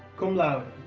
cum laude.